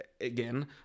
again